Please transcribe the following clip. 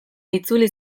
itzuli